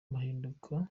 amahinduka